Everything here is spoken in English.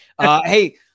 Hey